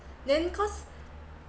then cause